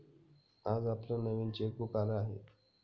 आज आपलं नवीन चेकबुक आलं आहे